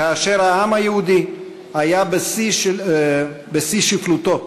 כאשר העם היהודי היה בשפל המדרגה,